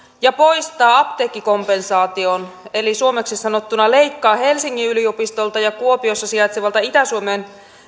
ja poistaa apteekkikompensaation eli suomeksi sanottuna leikkaa helsingin yliopistolta ja kuopiossa sijaitsevalta itä suomen